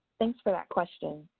thanks for that question.